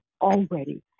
already